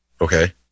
okay